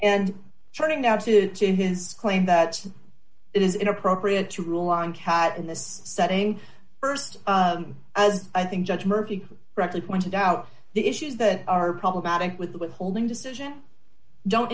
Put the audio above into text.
and turning out to his claim that it is inappropriate to rule on cat in this setting st as i think judge murphy correctly pointed out the issues that are problematic with withholding decision don't